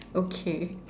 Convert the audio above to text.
okay